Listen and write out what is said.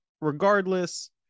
regardless